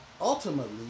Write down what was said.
ultimately